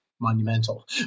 monumental